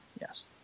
Yes